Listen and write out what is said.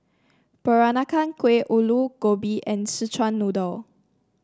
Peranakan Kueh Aloo Gobi and Szechuan Noodle